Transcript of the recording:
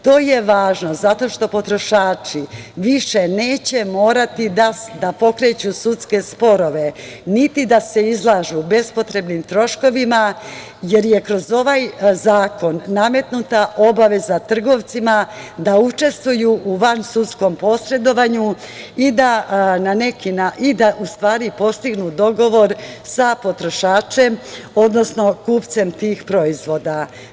To je važno zato što potrošači više neće morati da pokreću sudske sporove, niti da se izlažu bespotrebnim troškovima, jer je kroz ovaj zakon nametnuta obaveza trgovcima da učestvuju u vansudskom posredovanju i da u stvari postignu dogovor sa potrošačem, odnosno kupcem tih proizvoda.